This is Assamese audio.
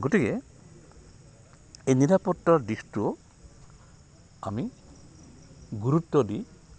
গতিকে এই নিৰাপত্তাৰ দিশটো আমি গুৰুত্ব দি